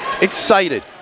excited